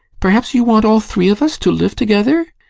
perhaps you want all three of us to live together?